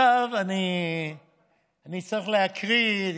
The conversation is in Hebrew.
עכשיו אני צריך להקריא,